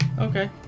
Okay